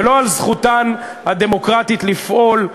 ולא על זכותן הדמוקרטית לפעול,